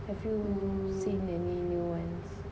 have you seen any new ones